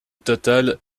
totale